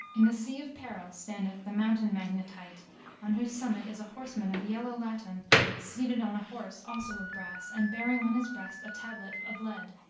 in the sea of peril standeth the mountain magnet hight on whose summit is a horseman of yellow laton seated on a horse also of brass and bearing on his breast a tablet of lead.